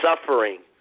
suffering